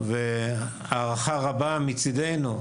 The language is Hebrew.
ראו בזה הערכה רבה מצדנו,